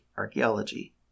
archaeology